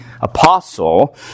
apostle